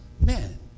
Man